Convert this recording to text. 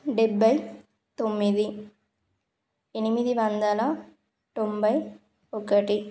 డెబ్భై తొమ్మిది ఎనిమిది వందల తొంభై ఒకటి